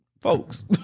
folks